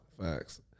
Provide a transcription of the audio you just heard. facts